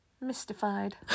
mystified